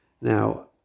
Now